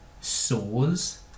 saws